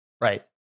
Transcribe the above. Right